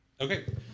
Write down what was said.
Okay